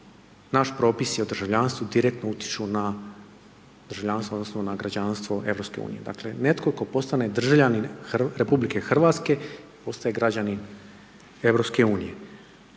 naši propisi o državljanstvu direktno utječu na državljanstvo odnosno na građanstvo EU. Dakle, netko tko postane državljanin RH, postaje građanin EU.